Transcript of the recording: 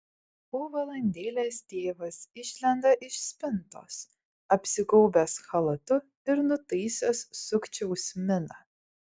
po valandėlės tėvas išlenda iš spintos apsigaubęs chalatu ir nutaisęs sukčiaus miną